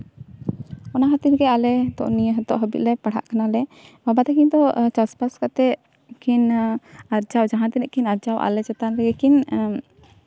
ᱚᱱᱟ ᱠᱷᱟᱹᱛᱤᱨ ᱜᱮ ᱟᱞᱮ ᱱᱤᱛᱚᱜ ᱦᱟᱹᱵᱤᱡ ᱞᱮ ᱯᱟᱲᱦᱟᱜ ᱠᱟᱱᱟᱞᱮ ᱵᱟᱵᱟ ᱛᱟᱹᱠᱤᱱ ᱫᱚ ᱪᱟᱥᱼᱵᱟᱥ ᱠᱟᱛᱮ ᱠᱤᱱ ᱟᱨᱡᱟᱣᱟ ᱡᱟᱦᱟᱸ ᱛᱤᱱᱟᱹᱜ ᱠᱤᱱ ᱟᱨᱡᱟᱣᱟ ᱟᱞᱮ ᱪᱮᱛᱟᱱ ᱨᱮᱜᱮᱠᱤᱱ